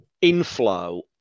inflow